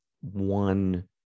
one